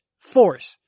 force